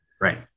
Right